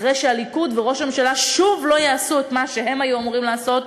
אחרי שהליכוד וראש הממשלה שוב לא יעשו את מה שהם היו אמורים לעשות,